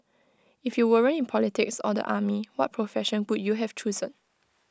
if you weren't in politics or the army what profession would you have chosen